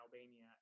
albania